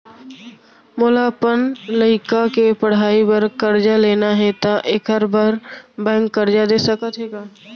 मोला अपन लइका के पढ़ई बर करजा लेना हे, त एखर बार बैंक करजा दे सकत हे का?